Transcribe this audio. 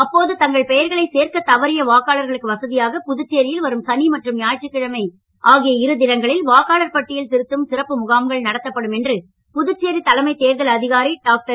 அப்போது தங்கள் பெயர்களை சேர்க்க தவறிய வாக்காளர்களுக்கு வசதியாக புதுச்சேரியில் வரும் சனி மற்றும் ஞாயிற்றுக்கிழமை ஆகிய இரு தினங்களில் வாக்காளர் பட்டியல் திருத்தும் சிறப்பு முகாம்கள் நடத்தப்படும் என்று புதுச்சேரி தலைமை தேர்தல் அதிகாரி டாக்டர்